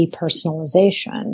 depersonalization